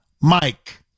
Mike